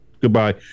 goodbye